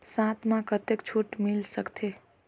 साथ म कतेक छूट मिल सकथे?